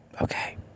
Okay